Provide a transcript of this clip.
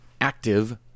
active